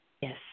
Yes